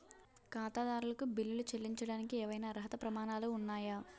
ఖాతాదారులకు బిల్లులు చెల్లించడానికి ఏవైనా అర్హత ప్రమాణాలు ఉన్నాయా?